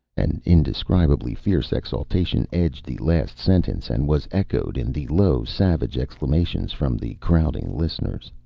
an indescribably fierce exultation edged the last sentence, and was echoed in the low, savage exclamations from the crowding listeners.